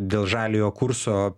dėl žaliojo kurso